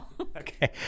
Okay